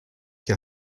que